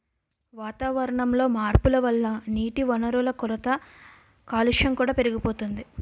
వాతావరణంలో మార్పుల వల్ల నీటివనరుల కొరత, కాలుష్యం కూడా పెరిగిపోతోంది